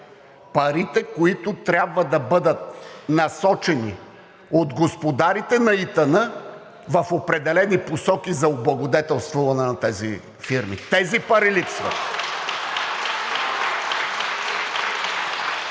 Парите, които трябва да бъдат насочени от господарите на ИТН в определени посоки за облагодетелстване на тези фирми. Тези пари липсват.